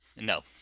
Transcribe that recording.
No